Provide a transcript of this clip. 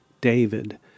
David